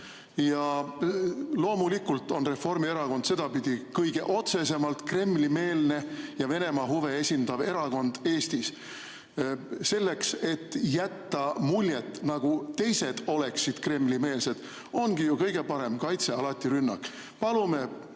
Ja loomulikult on Reformierakond sedapidi kõige otsesemalt Kremli-meelne ja Venemaa huve esindav erakond Eestis. Selleks, et jätta muljet, nagu teised oleksid Kremli-meelsed, ongi ju kõige parem kaitse alati rünnak.